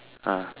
ah